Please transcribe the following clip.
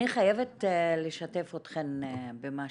אני חייבת לשתף אתכן במשהו.